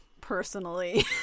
personally